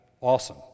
awesome